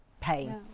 pain